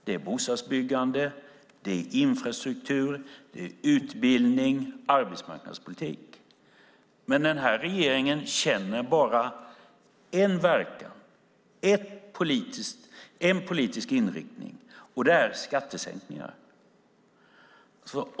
Det gäller bostadsbyggande, infrastruktur, utbildning och arbetsmarknadspolitik. Men regeringen känner bara en verkan, en politisk inriktning, och det är skattesänkningar.